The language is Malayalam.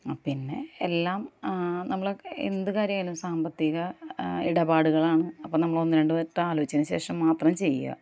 പിന്നെ എല്ലാം നമ്മളെ എന്ത് കാര്യമായാലും സാമ്പത്തിക ഇടപാടുകളാണ് അപ്പം നമ്മളൊന്ന് രണ്ട് വട്ടം ആലോചിച്ചതിന് ശേഷം മാത്രം ചെയ്യുക